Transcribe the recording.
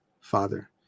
Father